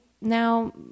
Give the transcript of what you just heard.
now